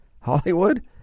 Hollywood